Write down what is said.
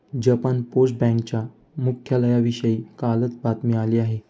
Japan post बँकेच्या मुख्यालयाविषयी कालच बातमी आली आहे